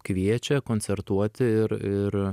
kviečia koncertuoti ir ir